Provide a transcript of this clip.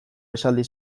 esaldi